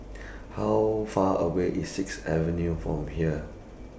How Far away IS Sixth Avenue from here